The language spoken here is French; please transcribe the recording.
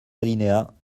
alinéas